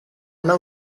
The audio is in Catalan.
una